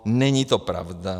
Není to pravda.